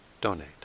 donate